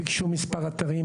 ביקשו מספר אתרים,